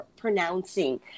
pronouncing